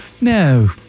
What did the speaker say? No